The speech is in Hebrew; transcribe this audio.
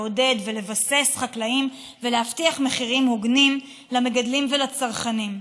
לעודד ולבסס חקלאים ולהבטיח מחירים הוגנים למגדלים ולצרכנים.